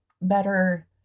better